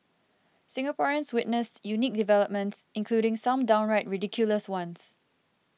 Singaporeans witnessed unique developments including some downright ridiculous ones